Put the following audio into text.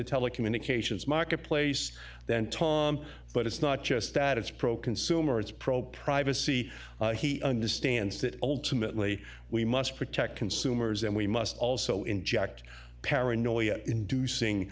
the telecommunications marketplace then tom but it's not just that it's pro consumer it's pro privacy he understands that ultimately we must protect consumers and we must also inject paranoia inducing